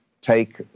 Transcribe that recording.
take